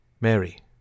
Mary